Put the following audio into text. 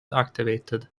activated